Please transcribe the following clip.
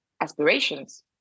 aspirations